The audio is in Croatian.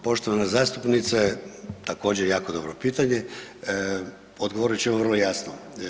Poštovana zastupnice, također jako dobro pitanje, odgovorit ću vam vrlo jasno.